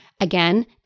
again